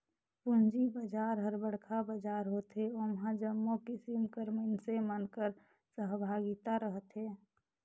पूंजी बजार हर बड़खा बजार होथे ओम्हां जम्मो किसिम कर मइनसे मन कर सहभागिता रहथे